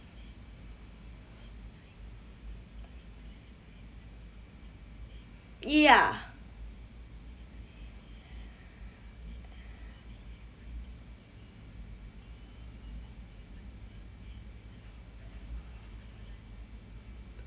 ya